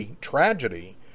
tragedy